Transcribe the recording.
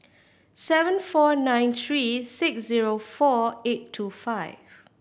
seven four nine three six zero four eight two five